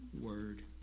word